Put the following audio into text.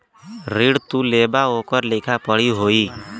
ऋण तू लेबा ओकर लिखा पढ़ी होई